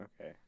Okay